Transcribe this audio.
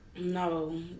No